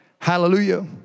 Hallelujah